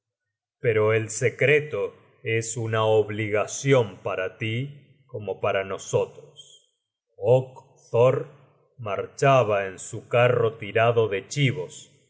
pero el secreto es una obligación para tí como para nosotros ok thor marchaba en su carro tirado de chibos